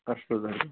अस्तु धन्यवादः